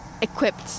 equipped